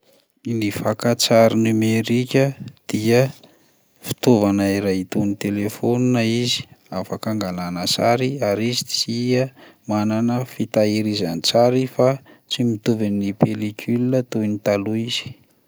Ny fakan-tsary nomerika dia fitaovana iray toy ny telefaonina izy, afaka angalana sary ary izy tsia manana fitahirizan-tsary fa tsy mitovy amin'ny pellicule toy ny taloha izy.